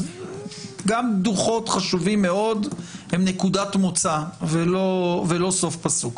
אז גם דוחות חשובים מאוד הם נקודת מוצא ולא סוף פסוק.